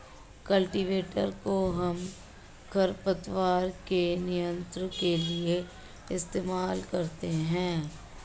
cultivator कोहम खरपतवार के नियंत्रण के लिए इस्तेमाल करते हैं